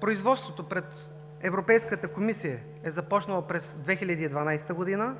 Производството пред Европейската комисия е започнало през 2012 г.,